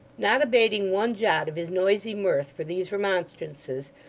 not abating one jot of his noisy mirth for these remonstrances,